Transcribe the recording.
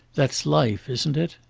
that's life, isn't it?